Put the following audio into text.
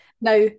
Now